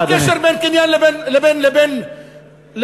מה הקשר בין קניין לבין תכנון?